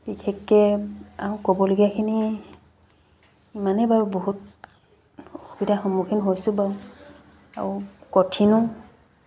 বিশেষকৈ আৰু ক'বলগীয়াখিনি ইমানেই বাৰু বহুত অসুবিধাৰ সন্মুখীন হৈছোঁ বাৰু আৰু কঠিনো